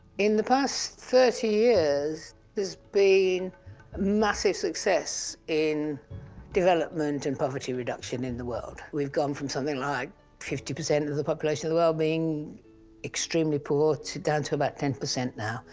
in the past thirty years there's been massive success in development and poverty reduction in the world. we've gone from something like fifty percent of the population of the world being extremely poor, to down to about ten percent now,